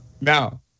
Now